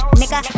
nigga